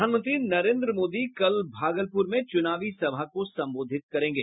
प्रधानमंत्री नरेन्द्र मोदी कल भागलपुर में चुनावी सभा को संबोधित करेंगे